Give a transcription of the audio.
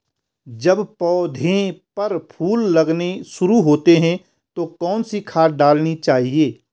जब पौधें पर फूल लगने शुरू होते हैं तो कौन सी खाद डालनी चाहिए?